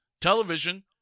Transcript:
television